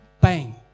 bang